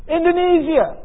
Indonesia